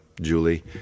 Julie